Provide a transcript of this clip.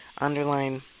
underline